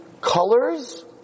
colors